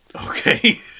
okay